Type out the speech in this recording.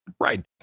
Right